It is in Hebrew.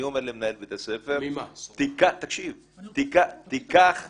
אני אומר למנהל בית הספר, תיקח חברה,